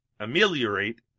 ameliorate